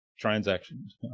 transactions